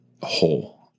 whole